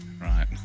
Right